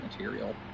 material